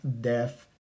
death